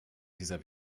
dieser